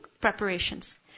preparations